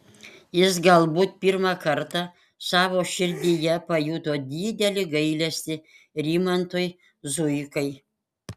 jis galbūt pirmą kartą savo širdyje pajuto didelį gailestį rimantui zuikai